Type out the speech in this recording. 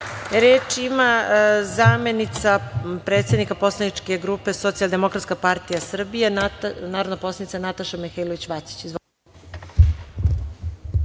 ima zamenica predsednika poslaničke grupe Socijaldemokratske partije Srbije, narodna poslanica Nataša Mihailović